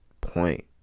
Point